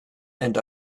and